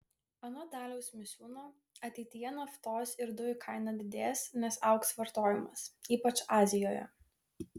anot daliaus misiūno ateityje naftos ir dujų kaina didės nes augs vartojimas ypač azijoje